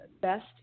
best